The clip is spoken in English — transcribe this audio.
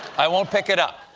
i won't pick it up.